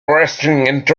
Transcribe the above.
wrestling